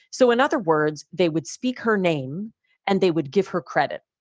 so in other words, they would speak her name and they would give her credit.